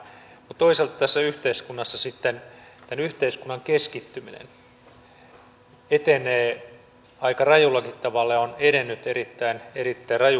mutta toisaalta tämän yhteiskunnan keskittyminen etenee aika rajullakin tavalla ja on edennyt erittäin rajulla tavalla